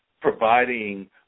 providing